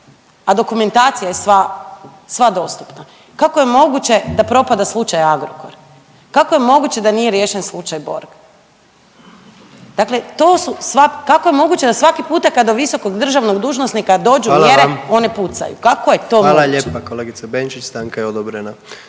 A dokumentacija je sva dostupna. Kako je moguće da propada slučaj Agrokor? Kako je moguće da nije riješen slučaj Borg? Dakle to su sva, kako je moguće da svaki puta kada visokog državnog dužnosnika dođu mjere, one .../Upadica: Hvala vam./... pucaju. Kako je to